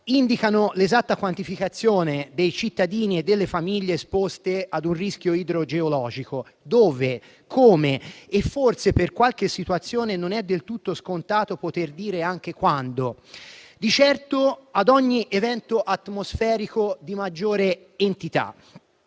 indicano l'esatta quantificazione dei cittadini e delle famiglie esposte a un rischio idrogeologico, indicando "dove", "come" e forse, per qualche situazione, non è del tutto escluso poter dire anche "quando". Di certo, a ogni evento atmosferico di maggiore entità,